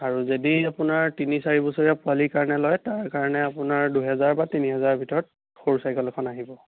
আৰু যদি আপোনাৰ তিনি চাৰি বছৰীয়া পোৱালিৰ কাৰণে লয় তাৰ কাৰণে আপোনাৰ দুহেজাৰ বা তিনি হেজাৰৰ ভিতৰত সৰু চাইকেল এখন আহিব